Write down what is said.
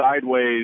sideways